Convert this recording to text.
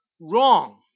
wrong